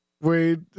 wait